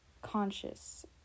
Conscious